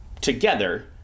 together